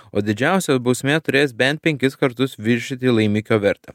o didžiausia bausmė turės bent penkis kartus viršyti laimikio vertę